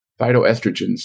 phytoestrogens